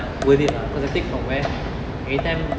worth it lah because I take from where everytime